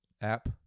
app